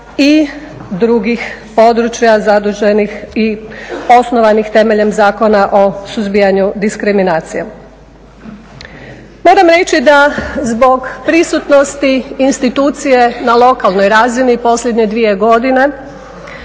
i drugih područja zaduženih i osnovanih temeljem Zakona o suzbijanju diskriminacije. Moram reći da zbog prisutnosti institucije na lokalnoj razini posljednje dvije godine